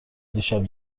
دیشب